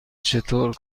چطور